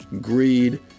greed